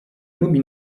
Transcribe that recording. lubi